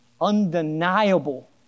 Undeniable